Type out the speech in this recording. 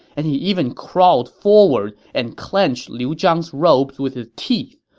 and he even crawled forward and clenched liu zhang's robes with his teeth,